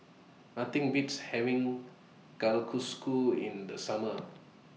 Nothing Beats having in The Summer